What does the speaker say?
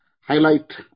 highlight